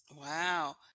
Wow